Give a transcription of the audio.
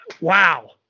Wow